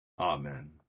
Amen